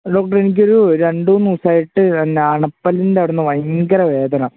ഡോക്ടറെ എനിക്കൊരു രണ്ടുമൂന്ന് ദിവസമായിട്ട് പിന്നെ അണപ്പല്ലിൻറെ അവിടെനിന്ന് ഭയങ്കരം വേദന